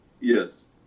Yes